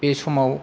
बे समाव